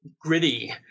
gritty